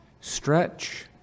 Stretch